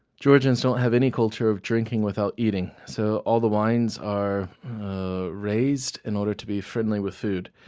georgians don't have any culture of drinking without eating, so all the wines are raised in order to be friendly with food.